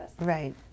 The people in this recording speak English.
Right